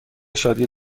شادی